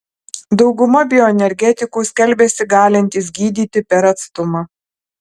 dauguma bioenergetikų skelbiasi galintys gydyti per atstumą